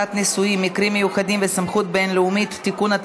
נישואין (מקרים מיוחדים וסמכות בין-לאומית) (תיקון,